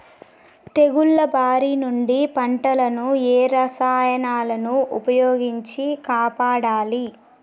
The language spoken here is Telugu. తెగుళ్ల బారి నుంచి పంటలను ఏ రసాయనాలను ఉపయోగించి కాపాడాలి?